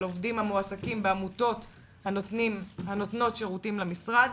עובדים המועסקים בעמותות הנותנות שירותים למשרד.